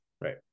Right